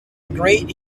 great